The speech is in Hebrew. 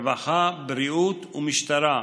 רווחה, בריאות ומשטרה,